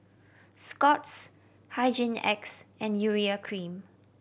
Scott's Hygin X and Urea Cream